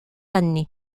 année